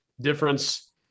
difference